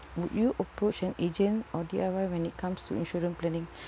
would you approach an agent or D_I_Y when it comes to insurance planning